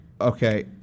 Okay